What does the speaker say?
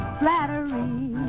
flattery